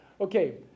okay